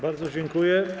Bardzo dziękuję.